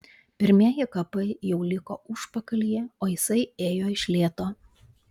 pirmieji kapai jau liko užpakalyje o jisai ėjo iš lėto